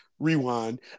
rewind